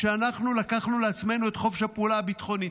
כשאנחנו לקחנו לעצמנו את חופש הפעולה הביטחוני.